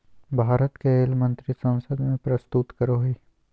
भारत के रेल मंत्री संसद में प्रस्तुत करो हइ